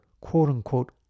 quote-unquote